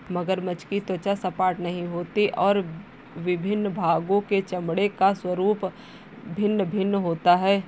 मगरमच्छ की त्वचा सपाट नहीं होती और विभिन्न भागों के चमड़े का स्वरूप भिन्न भिन्न होता है